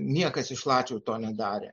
niekas iš latvių to nedarė